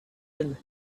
ell